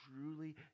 truly